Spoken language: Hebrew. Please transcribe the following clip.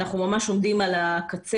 אנחנו ממש עומדים על הקצה,